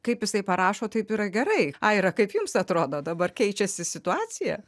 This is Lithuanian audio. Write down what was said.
kaip jisai parašo taip yra gerai aira kaip jums atrodo dabar keičiasi situacija